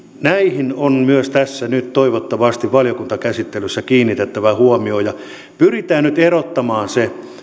näihin on myös tässä nyt toivottavasti valiokuntakäsittelyssä kiinnitettävä huomiota pyritään nyt erottamaan